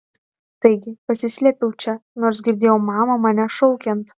taigi pasislėpiau čia nors girdėjau mamą mane šaukiant